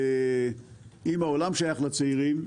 אם העולם שייך לצעירים,